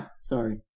sorry